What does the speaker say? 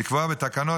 לקבוע בתקנות,